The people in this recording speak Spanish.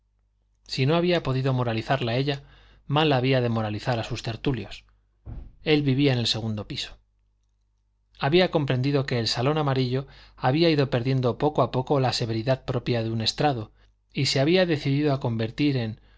si no había podido moralizarla a ella mal había de moralizar a sus tertulios él vivía en el segundo piso había comprendido que el salón amarillo había ido perdiendo poco a poco la severidad propia de un estrado y se había decidido a convertir en